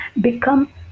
become